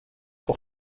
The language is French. pour